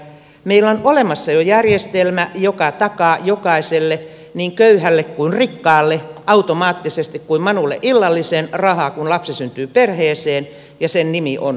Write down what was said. meillä on olemassa jo järjestelmä joka takaa jokaiselle niin köyhälle kuin rikkaalle automaattisesti kuin manulle illallisen rahaa kun lapsi syntyy perheeseen ja sen nimi on lapsilisä